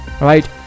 Right